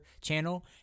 channel